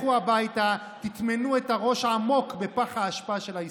לכו הביתה ותטמנו את הראש עמוק בפח האשפה של ההיסטוריה.